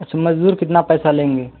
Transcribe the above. अच्छा मजदूर कितना पैसा लेंगे